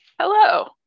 Hello